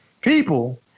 people